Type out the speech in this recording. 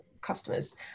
customers